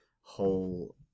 whole